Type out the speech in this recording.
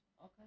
Okay